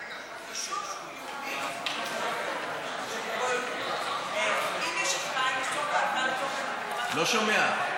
יישוב שהוא יהודי, אם יש, לא שומע.